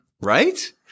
Right